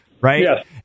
Right